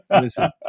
Listen